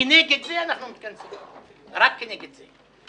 כנגד זה אנחנו מתכנסים היום, רק כנגד זה.